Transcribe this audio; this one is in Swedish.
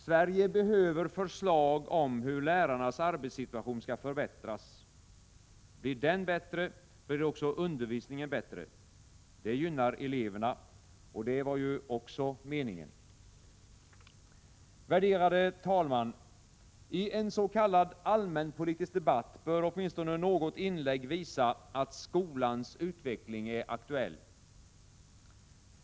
Sverige behöver förslag om hur lärarnas arbetssituation skall förbättras. Blir den bättre, blir också undervisningen bättre. Det gynnar eleverna — och det var ju också meningen. Herr talman! I en s.k. allmänpolitisk debatt bör åtminstone något inlägg visa att skolans utveckling är aktuell.